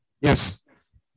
yes